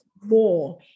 more